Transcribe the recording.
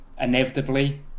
inevitably